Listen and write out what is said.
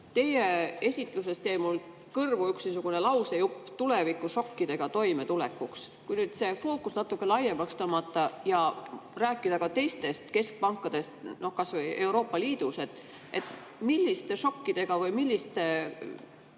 Teie esitusest jäi mulle kõrvu üks niisugune lausejupp: tulevikušokkidega toimetulekuks. Kui nüüd see fookus natuke laiemaks tõmmata ja rääkida ka teistest keskpankadest kas või Euroopa Liidus, siis milliste šokkidega või millise